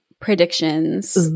predictions